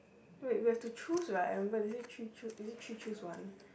wait we have to choose right and wait is that three choo~ is it three choose one